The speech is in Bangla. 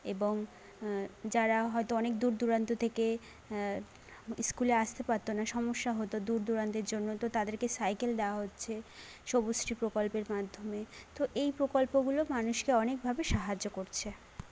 এবং যারা হয়তো অনেক দূর দূরান্ত থেকে ইস্কুলে আসতে পারতো না সমস্যা হতো দূর দূরান্তের জন্য তো তাদেরকে সাইকেল দেওয়া হচ্ছে সবুজশ্রী প্রকল্পের মাধ্যমে তো এই প্রকল্পগুলো মানুষকে অনেকভাবে সাহায্য করছে